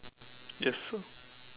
yes sir